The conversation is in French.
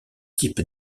type